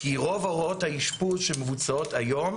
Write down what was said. כי רוב הוראות האשפוז שמבוצעות היום,